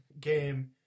game